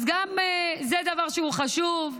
אז גם זה דבר שהוא חשוב,